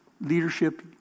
leadership